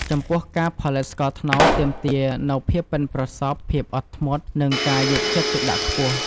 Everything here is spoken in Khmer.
ចំពោះ ការផលិតស្ករត្នោតទាមទារនូវភាពប៉ិនប្រសប់ ភាពអត់ធ្មត់ និងការយកចិត្តទុកដាក់ខ្ពស់។